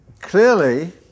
clearly